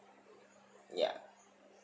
ya